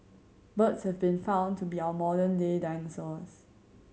birds have been found to be our modern day dinosaurs